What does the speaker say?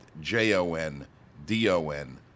J-O-N-D-O-N